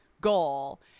goal